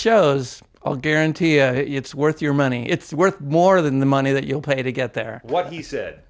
shows i'll guarantee you it's worth your money it's worth more than the money that you'll pay to get there what he said